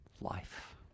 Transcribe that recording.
life